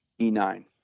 E9